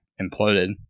imploded